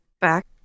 back